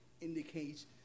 indicates